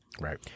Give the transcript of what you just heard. Right